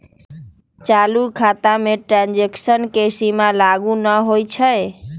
चालू खता में ट्रांजैक्शन के सीमा लागू न होइ छै